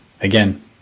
again